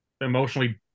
emotionally